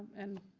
and,